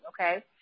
Okay